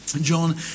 John